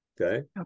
Okay